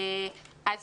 אז